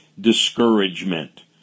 discouragement